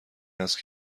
است